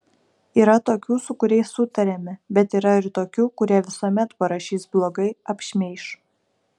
yra tokių su kuriais sutariame bet yra ir tokių kurie visuomet parašys blogai apšmeiš